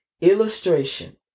illustration